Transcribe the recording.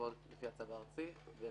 לפעול לפי הצו הארצי.